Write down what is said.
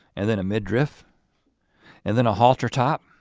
and then a midriff and then a halter top